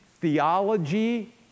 theology